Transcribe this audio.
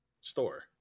store